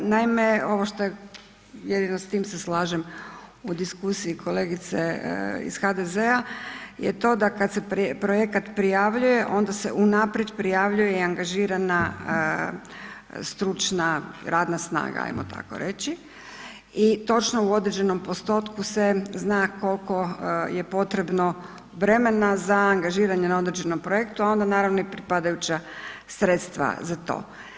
Naime, ovo što je jedino s tim se slažem u diskusiji kolegice iz HDZ-a je to kada se projekt prijavljuje onda se unaprijed prijavljuje i angažira stručna radna snaga, ajmo tako reći, i točno u određenom postotku se zna koliko je potrebno vremena za angažiranje na određenom projektu, a onda naravno i pripadajuća sredstva za to.